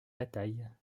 bataille